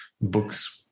books